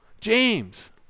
James